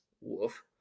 Woof